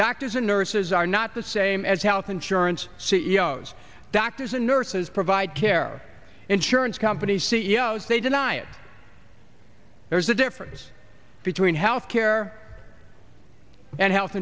doctors and nurses are not the same as health insurance c e o's doctors and nurses provide care insurance companies c e o s they deny it there is a difference between health care and health